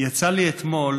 יצא לי אתמול